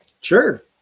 Sure